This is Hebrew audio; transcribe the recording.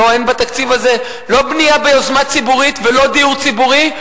אין בתקציב הזה לא בנייה ביוזמה ציבורית ולא דיור ציבורי,